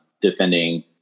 defending